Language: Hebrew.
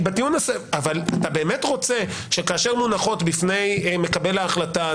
אתה באמת רוצה שכאשר מונחות בפני מקבל ההחלטה,